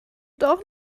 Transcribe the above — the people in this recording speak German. doch